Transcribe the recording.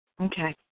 Okay